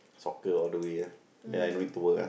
soccer all the way ah then I don't need to work ah